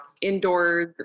indoors